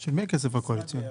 של מי הכסף הקואליציוני?